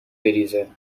بریزه